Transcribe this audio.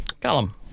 Callum